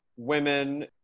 women